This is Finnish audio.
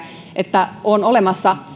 että on olemassa